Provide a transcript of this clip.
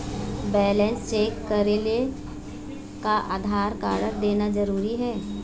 Balance check करेले का Aadhaar card देना जरूरी हे?